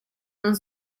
non